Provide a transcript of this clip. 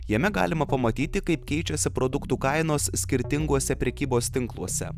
jame galima pamatyti kaip keičiasi produktų kainos skirtinguose prekybos tinkluose